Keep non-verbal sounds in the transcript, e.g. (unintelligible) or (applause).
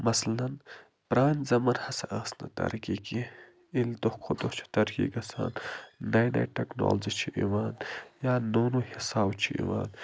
مثلاً پرانہِ زمانہٕ ہسا ٲس نہٕ ترقی کیٚنہہ ییٚلہِ دۄہ کھوتہٕ دۄہ چھِ ترقی گژھان نَیِہ نَیِہ ٹٮ۪کنالجی چھِ یِوان یا نوٚو نوٚو (unintelligible) چھُ یِوان